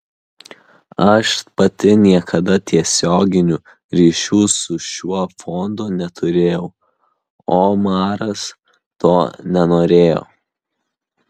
aš pati niekada tiesioginių ryšių su šiuo fondu neturėjau omaras to nenorėjo